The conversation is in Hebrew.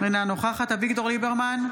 אינה נוכחת אביגדור ליברמן,